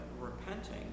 repenting